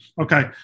okay